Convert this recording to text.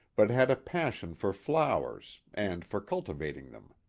but had a passion for flowers, and for cultivating them.